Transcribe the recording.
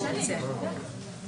תגישו כתב אישום.